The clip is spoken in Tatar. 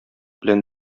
белән